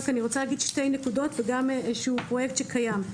רק אתייחס לשתי נקודות ולעוד איזה שהוא פרויקט שקיים.